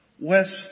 West